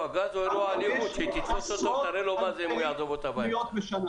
יש עשרות אלפי פניות בשנה